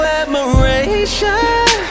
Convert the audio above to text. admiration